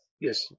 Yes